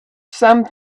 some